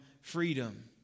freedom